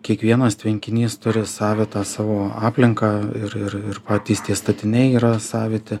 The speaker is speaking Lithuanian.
kiekvienas tvenkinys turi savitą savo aplinką ir ir ir patys tie statiniai yra saviti